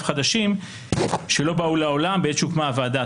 חדשים שלא באו לעולם בעת שהוקמה הוועדה.